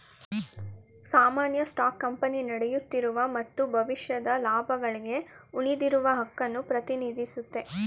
ಸಾಮಾನ್ಯ stock company ನಡೆಯುತ್ತಿರುವ ಮತ್ತು ಭವಿಷ್ಯದ ಲಾಭಗಳ್ಗೆ ಉಳಿದಿರುವ ಹಕ್ಕುನ್ನ ಪ್ರತಿನಿಧಿಸುತ್ತೆ